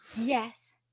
Yes